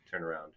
turnaround